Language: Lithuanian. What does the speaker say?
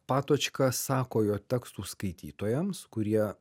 patočka sako jo tekstų skaitytojams kurie